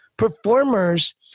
performers